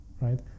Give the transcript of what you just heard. right